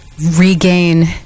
regain